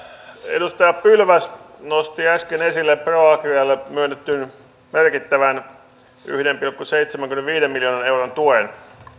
edustaja pylväs nosti äsken esille proagrialle myönnetyn merkittävän yhden pilkku seitsemänkymmenenviiden miljoonan euron tuen